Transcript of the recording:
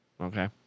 Okay